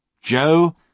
Joe